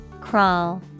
Crawl